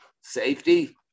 Safety